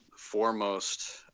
Foremost